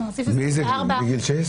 מאיזה גיל?